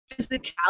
physicality